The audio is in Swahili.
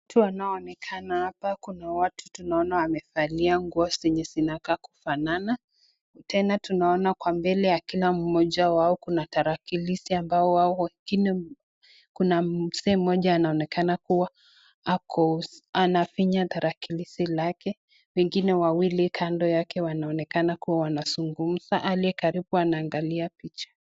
Watu wanaonekana hapa. Kuna watu tunaona wamevalia nguo zenye zinakaa kufanana. Tena tunaona kwa mbele ya kila mmoja wao kuna tarakilishi ambao wao wengine Kuna mzee mmoja anaonekana kuwa ako anafinya tarakilishi lake. Wengine wawili kando yake wanaonekana kuwa wanasungumza. Aliye karibu anaangalia picha.